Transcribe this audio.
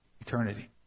eternity